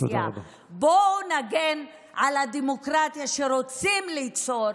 בואו נגן על הדמוקרטיה שרוצים ליצור,